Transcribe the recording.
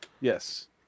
Yes